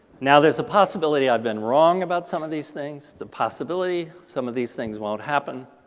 now, there's a possibility i've been wrong about some of these things, the possibility some of these things won't happen.